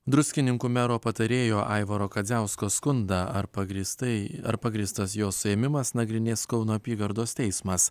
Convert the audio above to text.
druskininkų mero patarėjo aivaro kadziausko skundą ar pagrįstai ar pagrįstas jo suėmimas nagrinės kauno apygardos teismas